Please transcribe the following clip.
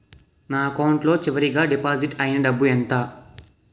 నా అకౌంట్ లో చివరిగా డిపాజిట్ ఐనా డబ్బు ఎంత?